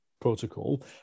protocol